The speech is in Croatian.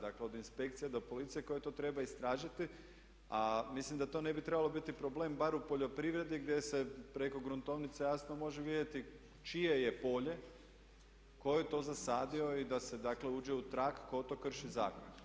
Dakle od inspekcije do policije koje to trebaju istražiti a mislim da to ne bi trebao biti problem bar u poljoprivredi gdje se preko gruntovnice jasno može vidjeti čije je polje, tko je to zasadio i da se dakle uđe u trag tko to krši zakon.